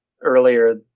earlier